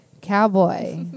cowboy